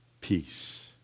peace